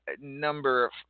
number